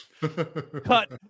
cut